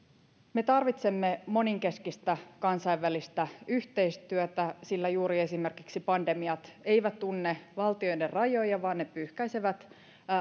me tarvitsemme moninkeskistä kansainvälistä yhteistyötä sillä esimerkiksi juuri pandemiat eivät tunne valtioiden rajoja vaan ne pyyhkäisevät